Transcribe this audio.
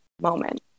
moment